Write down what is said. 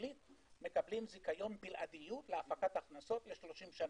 מקבלים זכיון בלעדיות להפקת הכנסות ל-30 שנה.